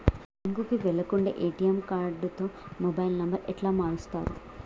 బ్యాంకుకి వెళ్లకుండా ఎ.టి.ఎమ్ కార్డుతో మొబైల్ నంబర్ ఎట్ల మారుస్తరు?